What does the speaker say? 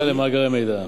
גישה למאגרי מידע.